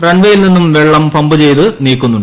റൺവേയിൽ നിന്നും വെള്ളം പമ്പ് ചെയ്ത് നീക്കുന്നുണ്ട്